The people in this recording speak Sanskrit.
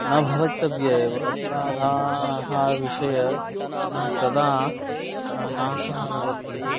न भवितव्याः एव अपराधानां विषये तदा नाशः भवति